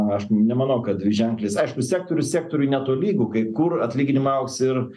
aš nemanau kad dviženkliais aišku sektorius sektoriui netolygu kai kur atlyginimai augs ir